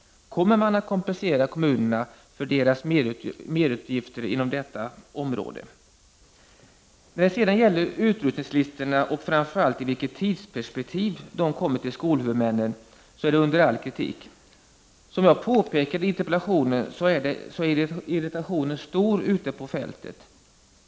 Kommer kommunerna att kompenseras för sina ”merutgifter” inom detta område? När det sedan gäller utrustningslistorna och framför allt i vilket tidsperspektiv de kommer till skolhuvudmännen, är det under all kritik. Som jag påpekade i interpellationen, är irritationen stor ”ute på fältet”.